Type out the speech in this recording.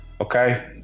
okay